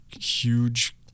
huge